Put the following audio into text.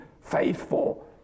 faithful